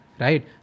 right